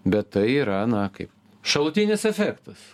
bet tai yra na kaip šalutinis efektas